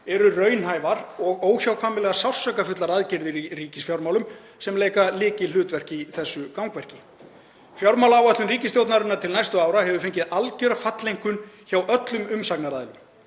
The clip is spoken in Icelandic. eru raunhæfar og óhjákvæmilega sársaukafullar aðgerðir í ríkisfjármálum sem leika lykilhlutverk í þessu gangverki. Fjármálaáætlun ríkisstjórnarinnar til næstu ára hefur fengið algjöra falleinkunn hjá öllum umsagnaraðilum.